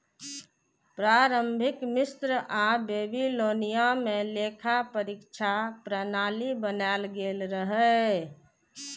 प्रारंभिक मिस्र आ बेबीलोनिया मे लेखा परीक्षा प्रणाली बनाएल गेल रहै